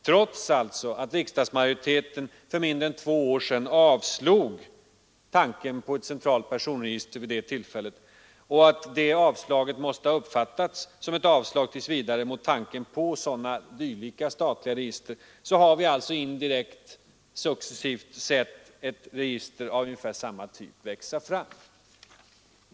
Trots att riksdagsmajoriteten för mindre än två år sedan avslog tanken på ett centralt personregister vid det tillfället och att det avslaget måste ha uppfattats som ett avslag tills vidare på tanken på sådana statliga register, har vi successivt kunnat se ett register av ungefär samma typ indirekt växa fram.